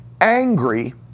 angry